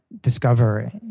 discover